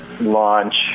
launch